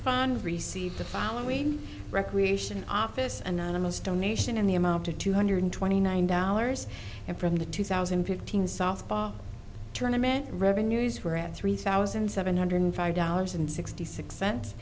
chiffon received the following recreation office anonymous donation in the amount to two hundred twenty nine dollars and from the two thousand and fifteen softball tournament revenues were at three thousand seven hundred five dollars and sixty six cents